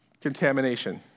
contamination